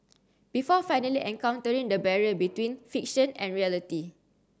before finally encountering the barrier between fiction and reality